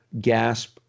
gasp